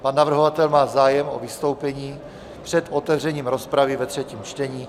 Pan navrhovatel má zájem o vystoupení před otevřením rozpravy ve třetím čtení.